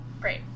Great